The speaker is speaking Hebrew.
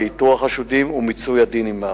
לאיתור החשודים ולמיצוי הדין עמם.